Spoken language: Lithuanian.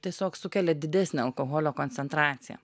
tiesiog sukelia didesnę alkoholio koncentraciją